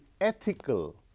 ethical